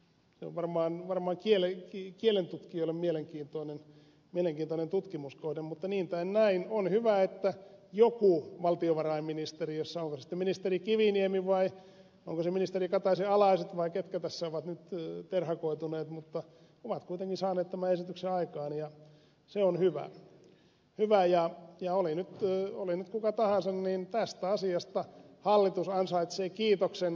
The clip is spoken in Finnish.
se on varmaan kielentutkijoille mielenkiintoinen tutkimuskohde mutta niin tai näin on hyvä että joku valtiovarainministeriössä onko se sitten ministeri kiviniemi vai onko se ministeri kataisen alaiset vai ketkä tässä ovat nyt terhakoituneet on kuitenkin saanut tämän esityksen aikaan ja se on hyvä ja oli nyt kuka tahansa niin tästä asiasta hallitus ansaitsee kiitoksen